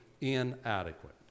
inadequate